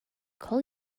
call